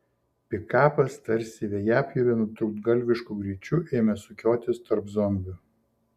pikapas tarsi vejapjovė nutrūktgalvišku greičiu ėmė sukiotis tarp zombių